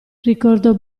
ricordo